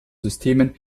systemen